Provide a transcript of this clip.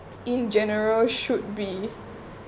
in general should be